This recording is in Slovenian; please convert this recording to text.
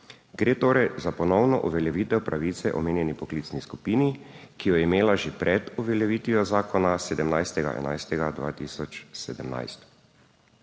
Gre torej za ponovno uveljavitev pravice omenjeni poklicni skupini, ki jo je imela že pred uveljavitvijo zakona 17. 11. 2017.